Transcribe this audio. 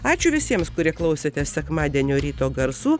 ačiū visiems kurie klausėte sekmadienio ryto garsų